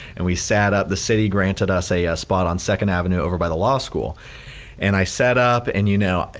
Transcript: and we sat up the city granted us a spot on second avenue over by the law school and i sat up and you know,